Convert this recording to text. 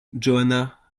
johanna